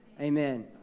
Amen